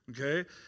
Okay